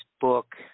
book